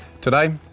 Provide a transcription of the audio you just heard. Today